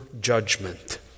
judgment